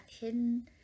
hidden